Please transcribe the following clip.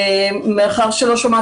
אני מקווה שלא אחזור על הדברים,